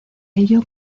ello